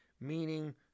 meaning